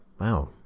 Wow